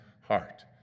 heart